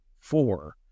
four